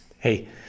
Hey